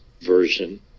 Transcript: version